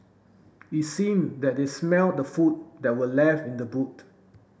it seemed that they smelt the food that were left in the boot